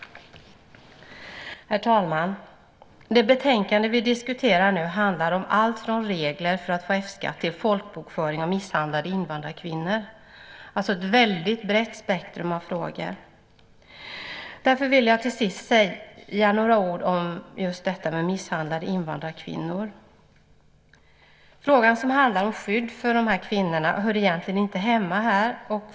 Herr talman! Det betänkande vi diskuterar nu handlar om allt från regler för att få F-skatt till folkbokföring av misshandlade invandrarkvinnor. Det är alltså ett väldigt brett spektrum av frågor. Därför vill jag till sist säga några ord om just misshandlade invandrarkvinnor. Frågan, som handlar om skydd för dessa kvinnor, hör egentligen inte hemma här.